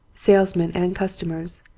sales men and customers,